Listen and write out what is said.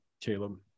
Caleb